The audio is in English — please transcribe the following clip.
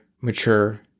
Mature